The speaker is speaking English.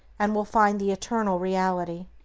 and will find the eternal reality.